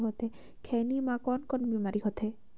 खैनी म कौन कौन बीमारी होथे?